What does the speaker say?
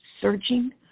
searching